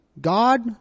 God